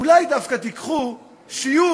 אולי דווקא תיקחו שיעור,